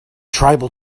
tribal